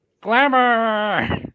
Glamour